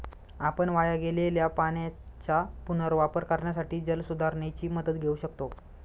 आपण वाया गेलेल्या पाण्याचा पुनर्वापर करण्यासाठी जलसुधारणेची मदत घेऊ शकतो